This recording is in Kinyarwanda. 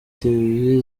televiziyo